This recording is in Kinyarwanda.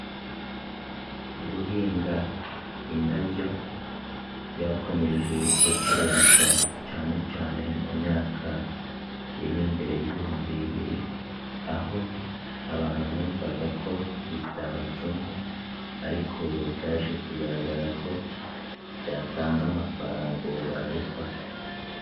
Guhinga indabyo byakomeje gukerenswa cyane cyane mu myaka iri imbere y'ibihumbi bibiri, aho abantu bumvaga ko bitabatunga ariko ubu byaje kugaragara ko byatanga amafaranga ubu barabikora.